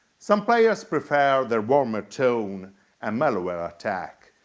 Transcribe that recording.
some players prefer their warmer tone and mellower attack.